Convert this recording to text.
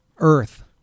Earth